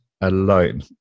alone